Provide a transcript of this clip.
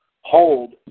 hold